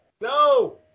No